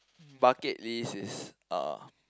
bucket list is uh